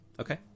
Okay